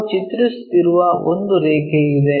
ನಾವು ಚಿತ್ರಿಸುತ್ತಿರುವ ಒಂದು ರೇಖೆ ಇದೆ